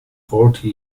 forty